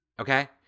okay